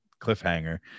cliffhanger